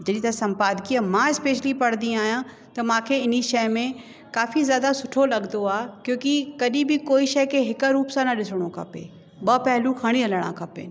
जॾहिं त सम्पादकीय मां स्पेशली पढ़ंदी आहियां त मूंखे इन्हीअ शइ में काफ़ी ज़्यादा सुठो लॻंदो आहे क्योंकि कॾहिं बि कोई बि शइ खे हिक रूप सां न ॾिसणो खपे ॿ पहलू खणी हलिणा खपनि